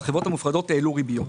אז החברות המופרדות העלו ריביות.